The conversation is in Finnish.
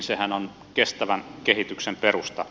sehän on kestävän kehityksen perusta